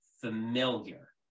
familiar